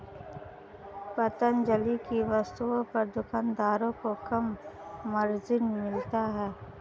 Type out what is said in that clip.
पतंजलि की वस्तुओं पर दुकानदारों को कम मार्जिन मिलता है